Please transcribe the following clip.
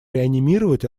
реанимировать